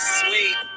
sweet